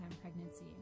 pregnancy